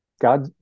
God